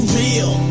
real